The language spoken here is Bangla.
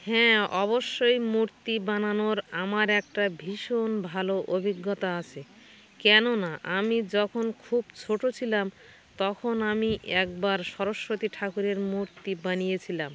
হ্যাঁ অবশ্যই মূর্তি বানানোর আমার একটা ভীষণ ভালো অভিজ্ঞতা আছে কেননা আমি যখন খুব ছোটো ছিলাম তখন আমি একবার সরস্বতী ঠাকুরের মূর্তি বানিয়েছিলাম